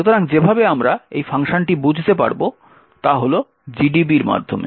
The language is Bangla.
সুতরাং যেভাবে আমরা এই ফাংশনটি বুঝতে পারব তা হল GDB এর মাধ্যমে